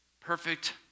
Perfect